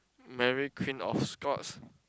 Mary Queen of Scots